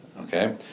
Okay